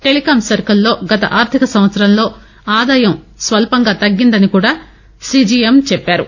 telecom సర్కిల్లో గత ఆర్ధిక సంవత్సరంలో ఆదాయం స్వల్పంగా తగ్గిందని కూడా సిజిఎం తెలిపారు